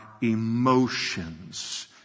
emotions